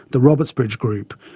the robertsbridge group,